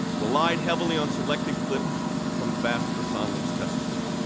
relied heavily on selected clips from ambassador sondland's testimony.